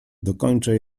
dokończę